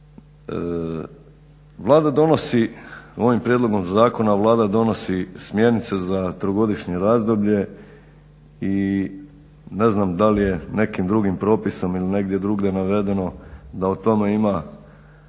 Vlada donosi ovim prijedlogom zakona Vlada donosi smjernice za trogodišnje razdoblje i ne znam da li je nekim drugim propisom ili negdje drugdje navedeno da o tome ima